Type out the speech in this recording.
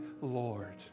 Lord